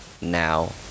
now